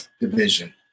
division